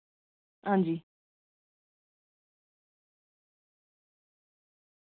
आं जी